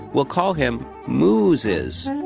we'll call him mooses